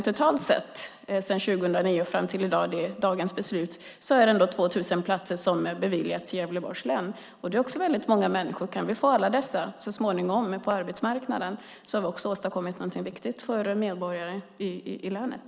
Totalt sett sedan 2009 fram till dagens beslut är det ändå 2 000 platser som beviljats Gävleborgs län. Det gäller väldigt många människor. Kan vi så småningom få alla dessa på arbetsmarknaden har vi åstadkommit någonting viktigt för medborgarna i länet.